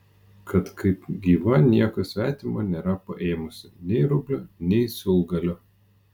kad kaip gyva nieko svetimo nėra paėmusi nei rublio nei siūlgalio